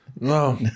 No